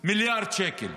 מיליארד שקל.